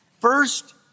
first